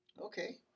Okay